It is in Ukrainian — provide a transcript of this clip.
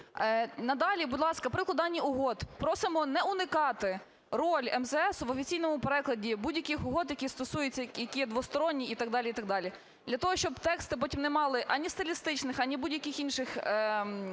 Надалі, будь ласка, при укладанні угод просимо не уникати роль МЗСу в офіційному перекладі будь-яких угод, які стосуються… які є двосторонні і так далі, і так далі, для того щоб тексти потім не мали, ані стилістичних, ані будь-яких інших